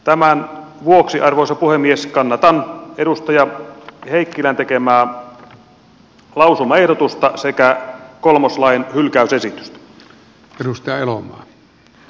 tämän vuoksi arvoisa puhemies kannatan edustaja heikkilän tekemää lausumaehdotusta sekä kolmoslain hylkäysesitystä